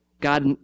God